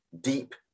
deep